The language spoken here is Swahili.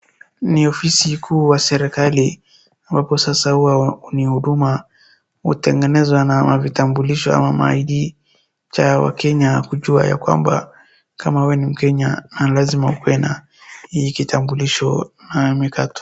Ni ofisi kuu wa serekeli wapo sasa huwa ni huduma hutengenezwa na vitambulisho ama ID cha wakenya kujua ya kwamba kama wewe ni mkenya na lazima ukuwe na hii kitambulisho.